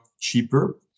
cheaper